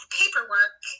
paperwork